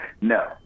No